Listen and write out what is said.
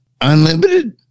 unlimited